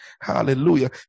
hallelujah